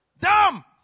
DUMB